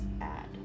add